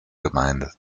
gemeinde